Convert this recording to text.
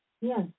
Yes